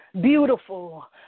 Beautiful